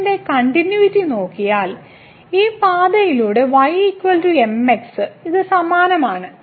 ഈ ഫംഗ്ഷന്റെ കണ്ടിന്യൂയിറ്റി നോക്കിയാൽ ഈ പാതയിലൂടെ y mx ഇത് സമാനമാണ്